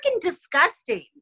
disgusting